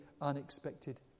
unexpected